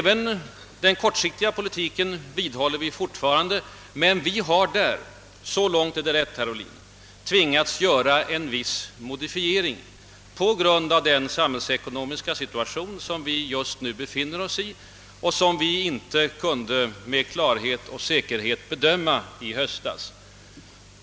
Även den kortsiktiga politiken vidhåller vi, men där har vi — så långt är det rätt, herr Ohlin tvingats göra en viss modifiering på grund av den samhällsekonomiska situation där vi just nu befinner oss och som vi inte i höstas med någon säkerhet kunde för utse.